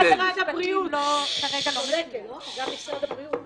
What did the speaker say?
גם משרד הבריאות, צודקת.